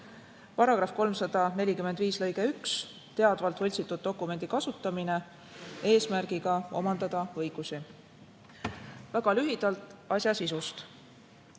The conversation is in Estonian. Paragrahv 345 lõige 1 – teadvalt võltsitud dokumendi kasutamine eesmärgiga omandada õigusi. Väga lühidalt asja sisust.